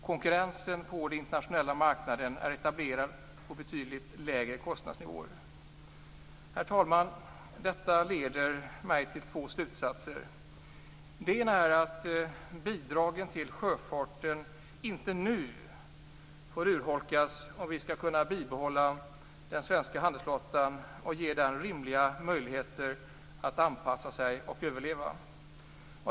Konkurrensen på den internationella marknaden är etablerad på betydligt lägre kostnadsnivåer. Herr talman! Detta leder mig till två slutsatser. Den ena är att bidragen till sjöfarten inte nu får urholkas, om vi skall kunna bibehålla den svenska handelsflottan och ge den rimliga möjligheter att anpassa sig och överleva.